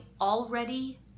already